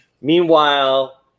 Meanwhile